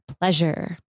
pleasure